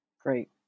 Great